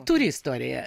turi istoriją